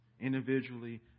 individually